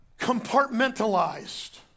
compartmentalized